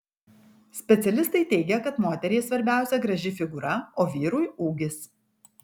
specialistai teigia kad moteriai svarbiausia graži figūra o vyrui ūgis